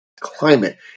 climate